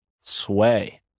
sway